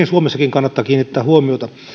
suomessakin kannattaa kiinnittää huomiota